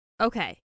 Okay